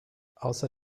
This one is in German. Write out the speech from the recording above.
außer